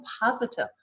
positive